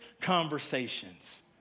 conversations